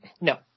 No